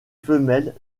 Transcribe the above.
femelle